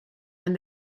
and